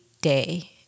day